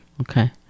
Okay